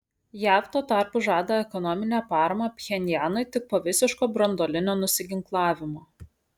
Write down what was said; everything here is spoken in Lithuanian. jav tuo tarpu žada ekonominę paramą pchenjanui tik po visiško branduolinio nusiginklavimo